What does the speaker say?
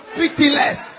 pitiless